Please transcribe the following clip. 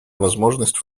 возможность